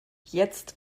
jetzt